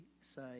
say